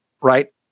right